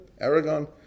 Aragon